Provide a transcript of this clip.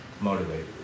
motivate